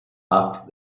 parked